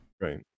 Right